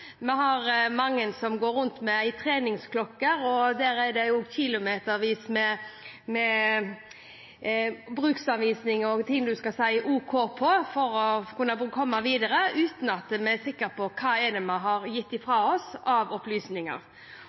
vi har mange som går rundt med treningsklokke, og det er kilometervis med bruksanvisninger og ting vi skal si ok på for å kunne komme videre, uten at vi er sikre på hva det er vi har gitt fra oss av opplysninger.